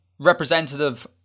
representative